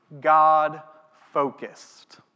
God-focused